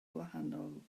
gwahanol